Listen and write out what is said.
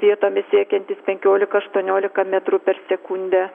vietomis siekiantys penkiolika aštuoniolika metrų per sekundę